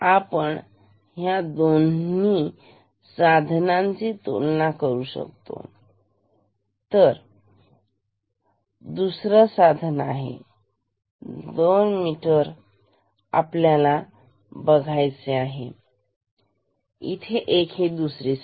आपण ह्या दोन्ही साधनाची तुलना करू तर 2 साधन आहेत आणि 2 मीटर आहेत हे 1 आणि हे दुसरं